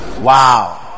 Wow